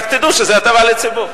רק תדעו שזה הטבה לציבור.